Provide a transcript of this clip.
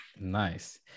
Nice